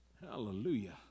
Hallelujah